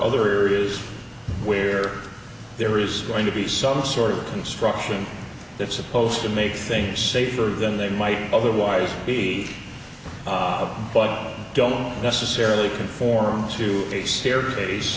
other areas where there is going to be some sort of construction that's supposed to make things safer than they might otherwise be of but don't necessarily conform to a staircase